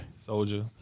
Soldier